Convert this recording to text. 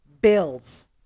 bills